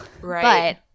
right